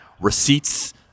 receipts